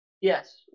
Yes